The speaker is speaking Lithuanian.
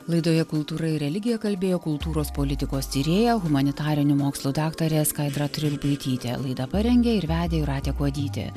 laidoje kultūra ir religija kalbėjo kultūros politikos tyrėja humanitarinių mokslų daktarė skaidra trilupaitytė laidą parengė ir vedė jūratė kuodytė